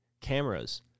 cameras